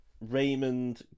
Raymond